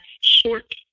short